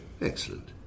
Excellent